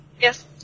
Yes